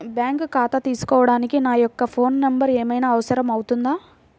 Bank ఖాతా తీసుకోవడానికి నా యొక్క ఫోన్ నెంబర్ ఏమైనా అవసరం అవుతుందా?